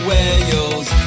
Wales